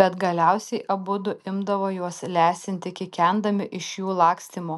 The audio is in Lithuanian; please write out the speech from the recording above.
bet galiausiai abudu imdavo juos lesinti kikendami iš jų lakstymo